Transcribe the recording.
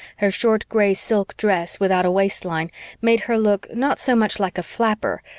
her short gray silk dress without a waistline made her look, not so much like a flapper,